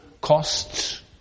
costs